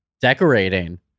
Decorating